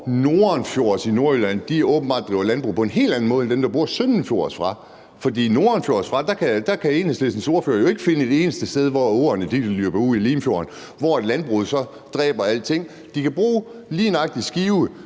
nordenfjords i Nordjylland, åbenbart driver landbrug på en helt anden måde end dem, der bor søndenfjords. For nordenfjords kan Enhedslistens ordfører jo ikke finde et eneste sted, hvor åerne løber ud i Limfjorden og landbruget dræber alting. De kan bruge lige nøjagtig Skive